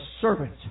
servant